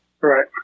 Right